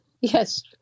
yes